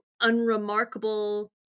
unremarkable